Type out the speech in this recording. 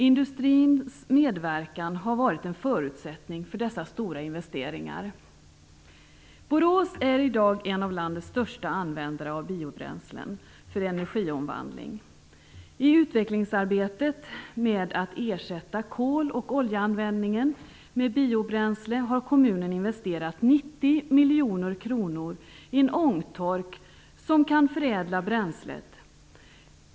Industrins medverkan har varit en förutsättning för dessa stora investeringar. Borås är i dag en av landets största användare av biobränslen för energiomvandling. I utvecklingsarbetet med att ersätta kol och oljeanvändningen med biobränsle har kommunen investerat 90 miljoner kronor i en ångtork som kan förädla bränslet.